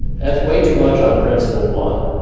that's way too much on principle one.